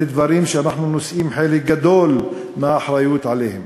אלה דברים שאנחנו נושאים חלק גדול מהאחריות להם.